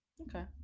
Okay